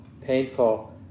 painful